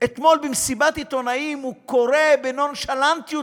אתמול במסיבת עיתונאים הוא קורא בנונשלנטיות,